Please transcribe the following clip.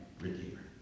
redeemer